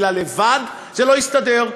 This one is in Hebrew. כי לבד זה לא יסתדר,